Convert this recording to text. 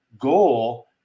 goal